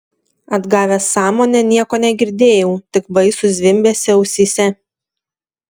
atgavęs sąmonę nieko negirdėjau tik baisų zvimbesį ausyse